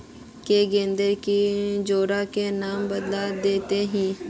के अंदर ही औजार के नाम बता देतहिन?